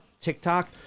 TikTok